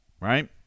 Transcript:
right